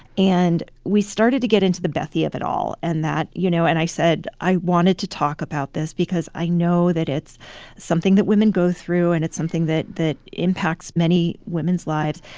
and we started to get into the bethie of it all in and that you know, and i said, i wanted to talk about this because i know that it's something that women go through, and it's something that that impacts many women's lives.